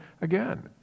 again